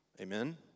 Amen